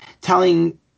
telling